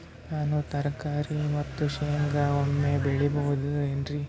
ನಾನು ತರಕಾರಿ ಮತ್ತು ಶೇಂಗಾ ಒಮ್ಮೆ ಬೆಳಿ ಬಹುದೆನರಿ?